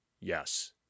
Yes